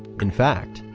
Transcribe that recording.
in fact,